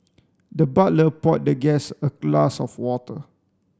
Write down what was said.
the butler poured the guest a glass of water